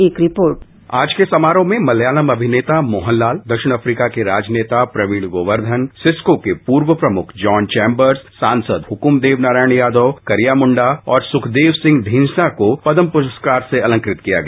एक रिपोर्ट आज के समारोह में मलयालम अभिनेता मोहनलाल दक्षिण अफ्रीका के राजनेता प्रवीण गोर्धन सिस्को के पूर्व प्रमुख जॉन चैंबर्स सांसद हक्मदेव नारायण यादव करिया मुंडा और सुखदेव सिंह ढींढसा तथा दिवंगत पत्रकार कुलदीप नैय्यर को पदम भूषण से अलंकृत किया गया